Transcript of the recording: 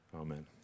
Amen